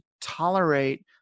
tolerate